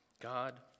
God